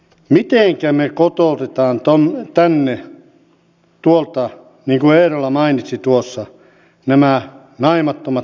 mitenkä me kotoutamme tänne niin kuin eerola mainitsi tuossa nämä naimattomat nuoret miehet